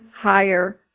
higher